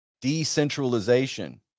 decentralization